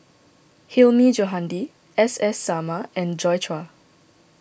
Hilmi Johandi S S Sarma and Joi Chua